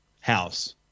house